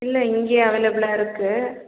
இல்லை இங்கேயே அவைலபுளாக இருக்குது